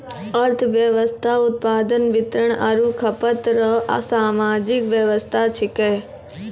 अर्थव्यवस्था उत्पादन वितरण आरु खपत रो सामाजिक वेवस्था छिकै